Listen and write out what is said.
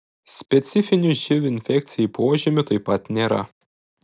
specifinių živ infekcijai požymių taip pat nėra